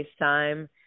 FaceTime